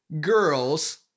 girls